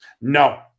No